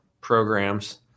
programs